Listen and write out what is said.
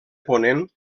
ponent